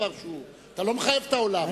אתה לא מחייב את העולם,